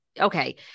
okay